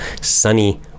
sunny